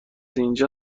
اینجا